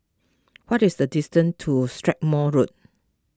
what is the distance to Strathmore Road